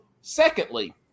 Secondly